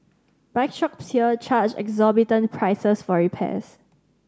bike shops here charge exorbitant prices for repairs